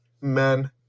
men